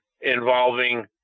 involving